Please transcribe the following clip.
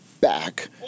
back